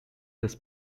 this